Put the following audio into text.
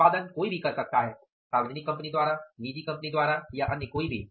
उत्पादन कोई भी कर सकता है सार्वजनिक कंपनी द्वारा निजी कंपनी द्वारा कोई भी